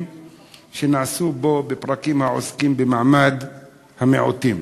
שנעשו בו בפרקים העוסקים במעמד המיעוטים,